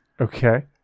Okay